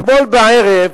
אתמול בערב